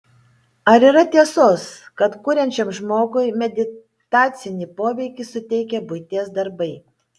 ar yra tiesos kad kuriančiam žmogui meditacinį poveikį suteikia buities darbai